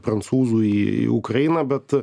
prancūzų į ukrainą bet